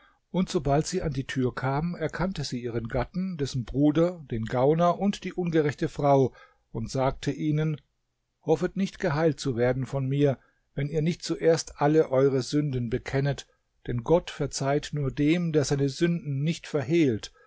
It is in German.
und sobald sie an die tür kam erkannte sie ihren gatten dessen bruder den gauner und die ungerechte frau und sagte ihnen hoffet nicht geheilt zu werden von mir wenn ihr nicht zuerst alle eure sünden bekennet denn gott verzeiht nur dem der seine sünden nicht verhehlt